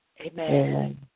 Amen